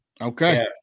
Okay